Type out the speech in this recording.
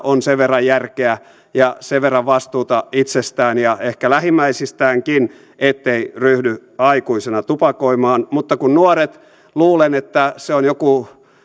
on sen verran järkeä ja sen verran vastuuta itsestään ja ehkä lähimmäisistäänkin ettei ryhdy aikuisena tupakoimaan mutta nuorilla luulen se on joku